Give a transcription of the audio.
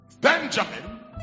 Benjamin